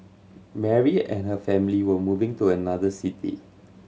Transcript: Mary and her family were moving to another city